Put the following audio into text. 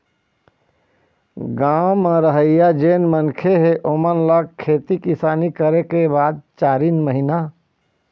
गाँव म रहइया जेन मनखे हे ओेमन ल खेती किसानी करे के बाद चारिन महिना